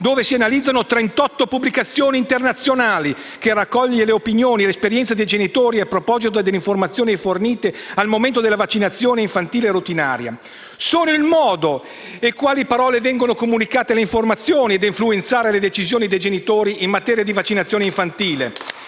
del 2017 analizza trentotto pubblicazioni internazionali e raccoglie le opinioni e le esperienze dei genitori a proposito delle informazioni fornite al momento della vaccinazione infantile routinaria: sono il modo e le parole con cui vengono comunicate le informazioni a influenzare le decisioni dei genitori in materia di vaccinazione infantile.